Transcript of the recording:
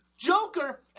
Joker